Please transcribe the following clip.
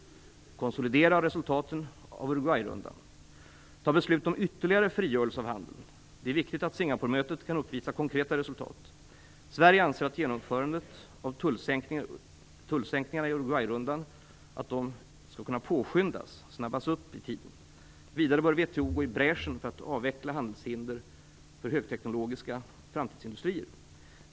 Konsolidera resultaten från Uruguayrundan. Fatta beslut om ytterligare frigörelse av handeln. Det är viktigt att Singaporemötet kan uppvisa konkreta resultat. Sverige anser att genomförandet av tullsänkningar i Uruguayrundan skall kunna påskyndas. Vidare bör WTO gå i bräschen för att avveckla handelshinder för högteknologiska framtidsindustrier.